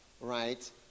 right